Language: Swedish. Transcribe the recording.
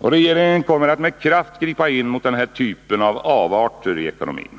Regeringen kommer att med kraft gripa in mot den här typen av avarter i ekonomin.